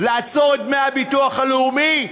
לעצור את דמי הביטוח הלאומי,